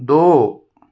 दो